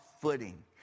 footing